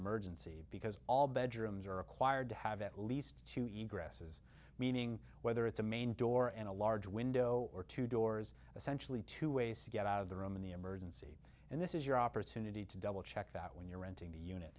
emergency because all bedrooms are required to have at least two eat grass meaning whether it's a main door and a large window or two doors essentially two ways to get out of the room in the emergency and this is your opportunity to double check that when you're renting the unit